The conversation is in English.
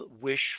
wish